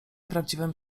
prawdziwym